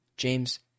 James